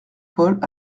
paul